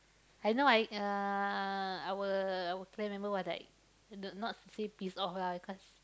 I know I uh our our clan member was like not say pissed off lah because